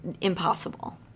impossible